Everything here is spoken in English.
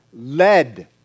led